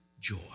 joy